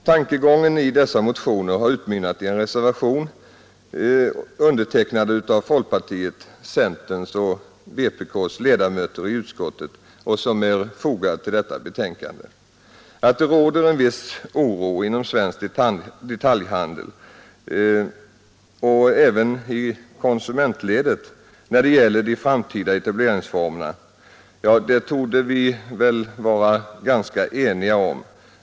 Tankegångarna i dessa motioner har utmynnat i en reservation undertecknad av folkpartiets, centerns och vpk:s ledamöter i utskottet och som är fogad till detta betänkande. Att det råder en viss oro inom svensk detaljhandel och även i konsumentledet när det gäller de framtida etableringsformerna torde vi vara ganska eniga om.